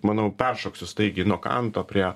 manau peršoksiu staigiai nuo kanto prie